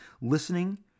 Listening